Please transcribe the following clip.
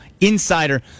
insider